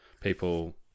people